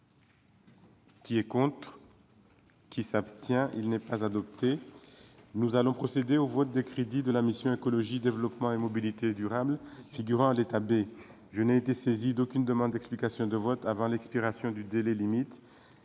Je mets aux voix l'amendement n° II-167 rectifié. Nous allons procéder au vote des crédits de la mission « Écologie, développement et mobilité durables », figurant à l'état B. Je n'ai été saisi d'aucune demande d'explication de vote avant l'expiration du délai limite.